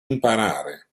imparare